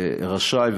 רשאי,